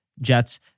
Jets